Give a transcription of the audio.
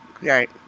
Right